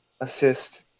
assist